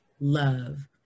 love